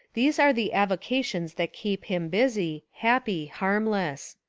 these are the avocations that keep him busy, happy, harmless.